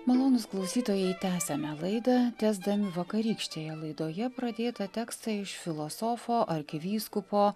malonūs klausytojai tęsiame laidą tęsdami vakarykštėje laidoje pradėtą tekstą iš filosofo arkivyskupo